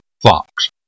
Fox